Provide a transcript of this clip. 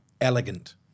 Elegant